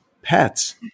pets